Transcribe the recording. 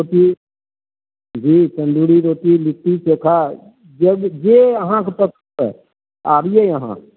रोटी घी तन्दूरी रोटी लिट्टी चोखा जे जे अहाँक पसन्द अइ आबियै अहाँ